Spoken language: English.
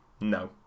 no